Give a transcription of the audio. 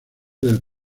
del